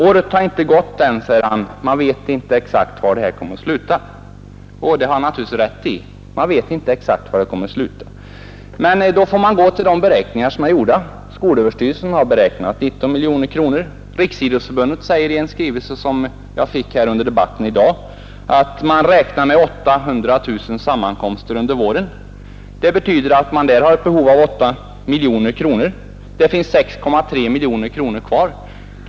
Året har inte gått än, säger herr Zachrisson — man vet inte exakt var det här kommer att sluta. Och det har han naturligtvis rätt i — man vet inte exakt var det kommer att sluta. Men då får man gå till de beräkningar som är gjorda. Skolöverstyrelsen har beräknat 19 miljoner kronor. Riksidrottsförbundet säger i en skrivelse, som jag fick nu under debatten, att man räknar med 800 000 sammankomster under våren. Det betyder att man där har ett behov av 8 miljoner kronor — det finns 6,3 miljoner kronor kvar av anslaget.